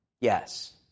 Yes